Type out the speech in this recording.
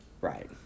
Right